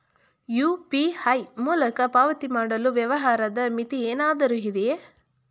UPI ಮೂಲಕ ಪಾವತಿ ಮಾಡಲು ವ್ಯವಹಾರದ ಮಿತಿ ಏನಾದರೂ ಇದೆಯೇ?